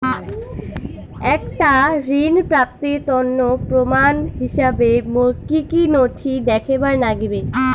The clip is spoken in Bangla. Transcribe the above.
একটা ঋণ প্রাপ্তির তন্ন প্রমাণ হিসাবে মোক কী কী নথি দেখেবার নাগিবে?